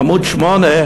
בעמוד 8,